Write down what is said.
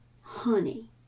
Honey